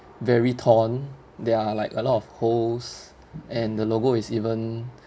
very torn there are like a lot of holes and the logo is even